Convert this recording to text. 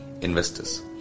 investors